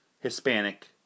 Hispanic